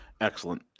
excellent